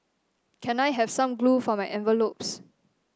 can I have some glue for my envelopes